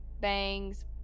bangs